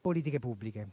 politiche pubbliche.